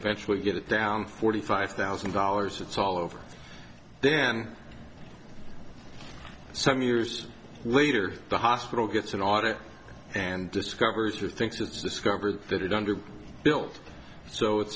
eventually get it down forty five thousand dollars it's all over then some years later the hospital gets an audit and discovers the thinks it's discovered that it under built so it